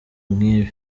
nkibi